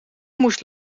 moest